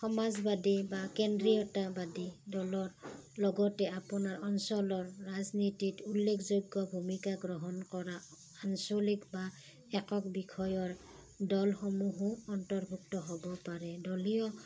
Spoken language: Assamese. সমাজবাদী বা কেন্দ্ৰীয়তাবাদী দলৰ লগতে আপোনাৰ অঞ্চলৰ ৰাজনীতিত উল্লেখযোগ্য ভূমিকা গ্ৰহণ কৰা আঞ্চলিক বা একক বিষয়ৰ দলসমূহো অন্তৰ্ভুক্ত হ'ব পাৰে দলীয়